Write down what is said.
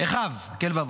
אֶחָיו.